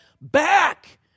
back